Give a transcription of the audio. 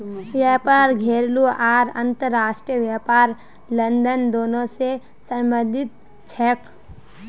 व्यापार घरेलू आर अंतर्राष्ट्रीय व्यापार लेनदेन दोनों स संबंधित छेक